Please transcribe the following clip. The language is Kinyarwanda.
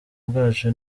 bwacu